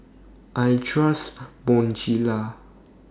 I Trust Bonjela